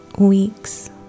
weeks